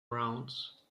rounds